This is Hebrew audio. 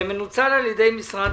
הסביבה הכלכלית בין משרד